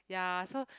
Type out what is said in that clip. ya so